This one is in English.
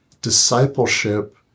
discipleship